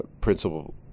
principle